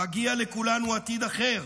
מגיע לכולנו עתיד אחר,